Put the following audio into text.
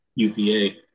UPA